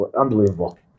Unbelievable